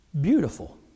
beautiful